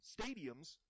stadiums